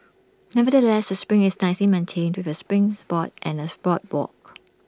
nevertheless the spring is nicely maintained with A springs board and as boardwalk